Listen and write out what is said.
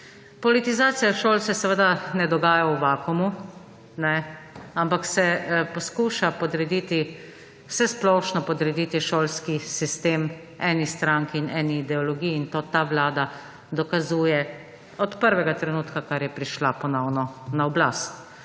Politizacija šol se seveda ne dogaja v vakumu, ampak se poskuša podrediti, vsesplošno podrediti šolski sistem eni stranki in eni ideologiji in to ta Vlada dokazuje od prvega trenutka, kar je prišla ponovno na oblast.